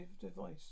device